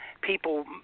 people